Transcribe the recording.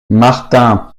martin